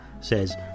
says